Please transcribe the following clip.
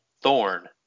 Thorn